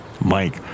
Mike